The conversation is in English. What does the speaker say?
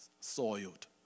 soiled